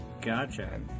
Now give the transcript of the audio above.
gotcha